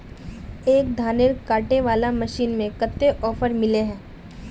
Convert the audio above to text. एक धानेर कांटे वाला मशीन में कते ऑफर मिले है?